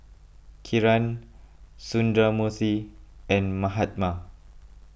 Kiran Sundramoorthy and Mahatma